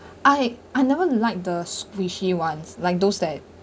I I never liked the squishy ones like those that